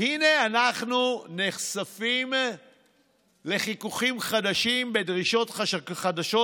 הינה אנחנו נחשפים לחיכוכים חדשים ודרישות חדשות